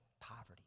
poverty